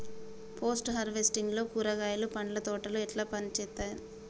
Post harvesting లో కూరగాయలు పండ్ల తోటలు ఎట్లా పనిచేత్తనయ్?